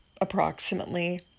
approximately